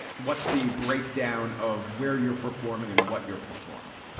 what's the breakdown of where you're performing and what you're performing